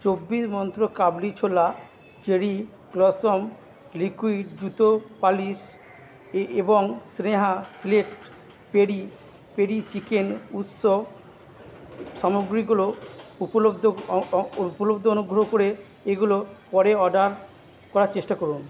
চব্বিশ মন্ত্র কাবলি ছোলা চেরি ব্লসম লিকুইড জুতো পালিশ এ এবং Sneha select peri peri chicken উৎস সামগ্রীগুলো উপলব্ধ অ অ উপলব্ধ অনুগ্রহ করে এগুলো পরে অর্ডার করার চেষ্টা করুন